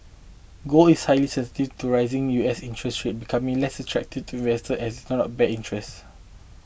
gold is highly sensitive to rising U S interest rates becoming less attractive to investor as do not bear interest